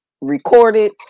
recorded